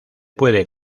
puede